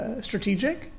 strategic